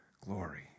glory